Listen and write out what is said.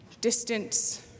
distance